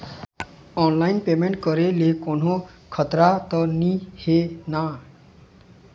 Online payment करे ले कोन्हो खतरा त नई हे न?